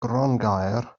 grongaer